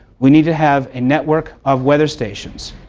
we needed to have a network of weather stations.